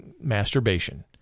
masturbation